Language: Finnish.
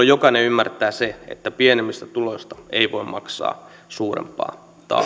jokainen ymmärtää sen että pienemmistä tuloista ei voi maksaa suurempaa